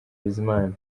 bizimana